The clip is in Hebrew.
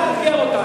שאתה מסייע לטרור.